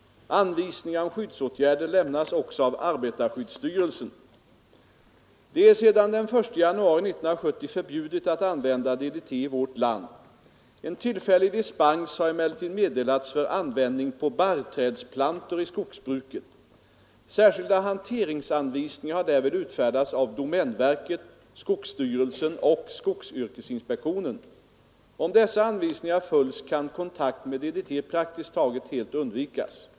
Anvisningar om skyddsåtgärder lämnas också av arbetarskyddsstyrelsen. Det är sedan den 1 januari 1970 förbjudet att använda DDT i vårt land. En tillfällig dispens har emellertid meddelats för användning på barrträdsplantor i skogsbruket. Särskilda hanteringsanvisningar har därvid utfärdats av domänverket, skogsstyrelsen och skogsyrkesinspektionen. Om dessa anvisningar följs kan kontakt med DDT praktiskt taget helt undvikas.